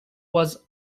was